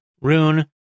Rune